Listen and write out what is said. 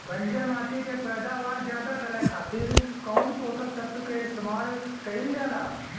बंजर माटी के पैदावार ज्यादा करे खातिर कौन पोषक तत्व के इस्तेमाल कईल जाला?